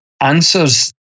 answers